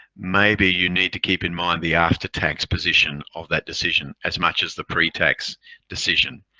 maybe you need to keep in mind the after-tax position of that decision as much as the pre-tax decision.